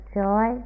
joy